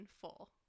full